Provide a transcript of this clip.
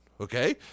okay